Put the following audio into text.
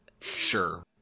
sure